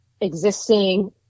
existing